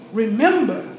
remember